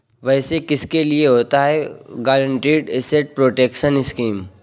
वैसे किसके लिए होता है गारंटीड एसेट प्रोटेक्शन स्कीम?